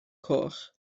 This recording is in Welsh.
coch